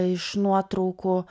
iš nuotraukų